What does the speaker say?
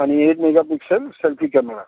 आणि एक mega pixel selfie camera